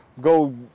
go